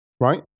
right